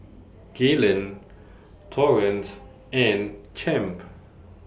Gaylon Torrance and Champ